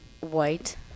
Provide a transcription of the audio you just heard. white